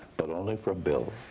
but only from bill.